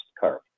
curve